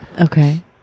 Okay